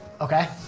Okay